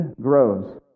grows